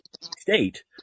state